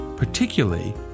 particularly